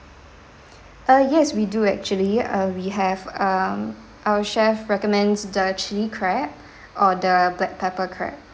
uh yes we do actually uh we have um our chef recommends the chilli crab or the black pepper crab